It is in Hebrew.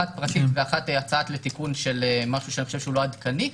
פרטית והצעה לתיקון של משהו שאני חושב שהוא לא עדכני,